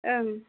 ओं